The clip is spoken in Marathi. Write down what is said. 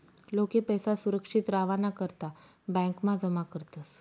लोके पैसा सुरक्षित रावाना करता ब्यांकमा जमा करतस